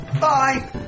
bye